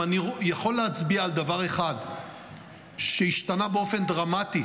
אם אני יכול להצביע על דבר שהשתנה באופן דרמטי